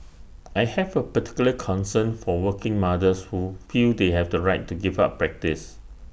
I have A particular concern for working mothers who feel they have to right to give up practice